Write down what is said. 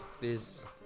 there's-